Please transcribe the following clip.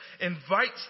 invites